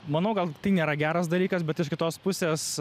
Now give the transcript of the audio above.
manau gal tai nėra geras dalykas bet iš kitos pusės